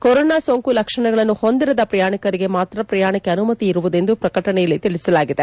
corona ಸೋಂಕು ಲಕ್ಷಣಗಳನ್ನು ಹೊಂದಿರದ ಪ್ರಯಾಣಿಕರಿಗೆ ಮಾತ್ರ ಪ್ರಯಾಣಕ್ಷೆ ಅನುಮತಿಯಿರುವುದೆಂದು ಪ್ರಕಟಣೆಯಲ್ಲಿ ತಿಳಿಸಲಾಗಿದೆ